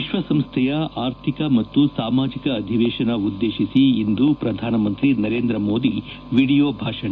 ವಿಶ್ವ ಸಂಸ್ಟೆಯ ಆರ್ಥಿಕ ಮತ್ತು ಸಾಮಾಜಿಕ ಅಧಿವೇಶನ ಉದ್ದೇಶಿಸಿ ಇಂದು ಪ್ರಧಾನಮಂತ್ರಿ ನರೇಂದ್ರ ಮೋದಿ ವಿಡಿಯೋ ಭಾಷಣ